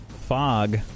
Fog